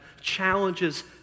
challenges